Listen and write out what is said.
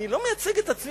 אני לא מייצג את עצמי,